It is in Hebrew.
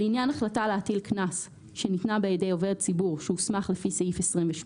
לעניין החלטה להטיל קנס שניתנה בידי עובד ציבור שהוסמך לפי סעיף 28